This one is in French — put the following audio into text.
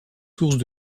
sources